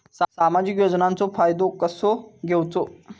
सामाजिक योजनांचो फायदो कसो घेवचो?